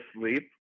sleep